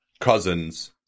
Cousins